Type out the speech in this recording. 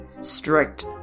strict